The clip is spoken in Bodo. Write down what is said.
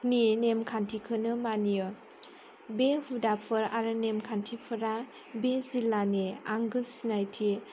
नेमखान्थिखौनो मानियो बे हुदाफोर आरो नेमखान्थिफोरा बे जिल्लानि आंगो सिनायथि